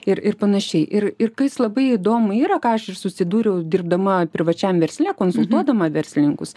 ir ir panašiai ir ir kas labai įdomu yra ką aš ir susidūriau dirbdama privačiam versle konsultuodama verslininkus